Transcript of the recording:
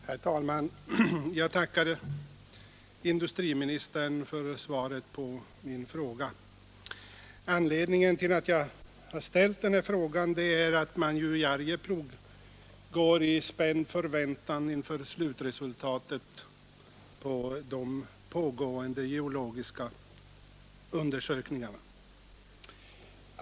Herr talman! Jag tackar industriministern för svaret på min fråga. Anledningen till att jag ställt frågan är att man i Arjeplog går i spänd förväntan inför slutresultatet av de pågående geologiska undersökningarna.